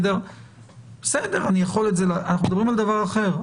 אנחנו מדברים על דבר אחר.